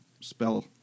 spell